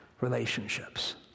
relationships